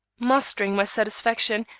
mastering my satisfaction,